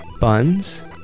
buns